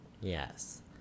Yes